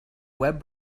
web